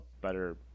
better